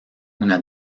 una